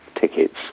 Tickets